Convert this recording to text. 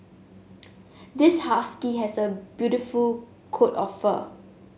this husky has a beautiful coat of fur